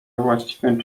właściwym